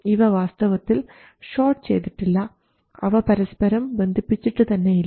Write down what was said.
ഇവ വാസ്തവത്തിൽ ഷോർട്ട് ചെയ്തിട്ടില്ല അവ പരസ്പരം ബന്ധിപ്പിച്ചിട്ട് തന്നെയില്ല